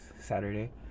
Saturday